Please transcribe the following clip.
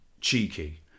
cheeky